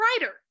writer